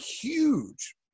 huge